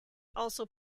also